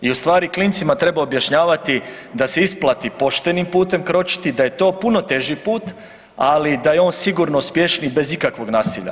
I u stvari klincima treba objašnjavati da se isplati poštenim putem kročiti da je to puno teži put, ali da je on sigurno uspješniji bez ikakvog nasilja.